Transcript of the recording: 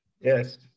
Yes